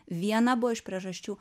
viena buvo iš priežasčių